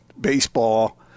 baseball